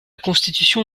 constitution